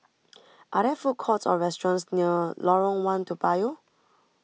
are there food courts or restaurants near Lorong one Toa Payoh